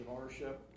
ownership